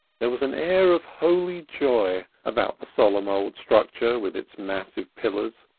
there was an air of holy joy about the solemn old structure with its massive pillars,